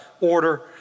order